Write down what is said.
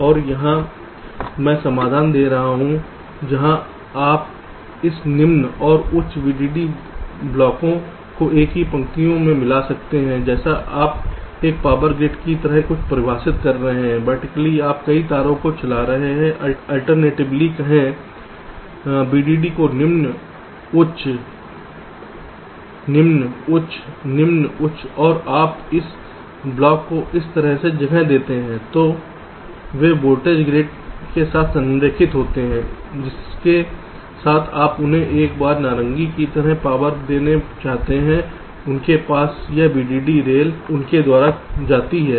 और यहां मैं समाधान दे रहा हूं जहां आप इस निम्न और उच्च VDD ब्लॉकों को एक ही पंक्तियों में मिला सकते हैं जैसे आप एक पावर ग्रिड की तरह कुछ परिभाषित कर रहे हैंवर्टिकली आप कई तारों को चला रहे हैं अल्टरनेटिवली कहें VDD को निम्न उच्च निम्न उच्च निम्न उच्च और आप इस ब्लॉक को इस तरह से जगह देते हैं वे वोल्टेज ग्रिड के साथ संरेखित होते हैं जिसके साथ आप उन्हें एक बार नारंगी की तरह पावर देना चाहते हैं उनके पास यह VDDH रेल उनके द्वारा जाती है